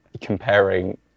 comparing